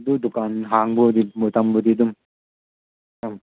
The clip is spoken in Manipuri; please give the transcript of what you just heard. ꯑꯗꯨ ꯗꯨꯀꯥꯟ ꯍꯥꯡꯕꯕꯨꯗꯤ ꯃꯇꯃꯕꯨꯗꯤ ꯑꯗꯨꯝ